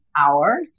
hour